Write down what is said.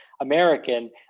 American